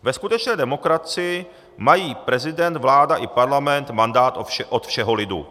Ve skutečné demokracii mají prezident, vláda i parlament mandát od všeho lidu.